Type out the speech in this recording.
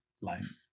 Life